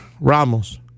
Ramos